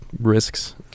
risks